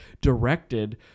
directed